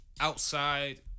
outside